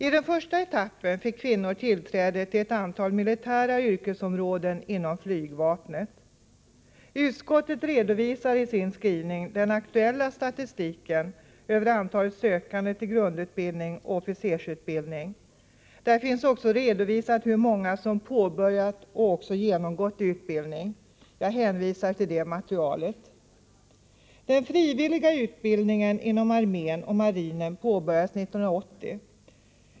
I den första etappen fick kvinnor tillträde till ett antal militära yrkesområden inom flygvapnet. Utskottet redovisar i sin skrivning den aktuella statistiken över antalet sökande till grundutbildning och officersutbildning. Där finns vidare redovisat hur många som påbörjat och genomgått utbildning. Jag hänvisar till det materialet. Den frivilliga utbildningen inom armén och marinen påbörjades 1981.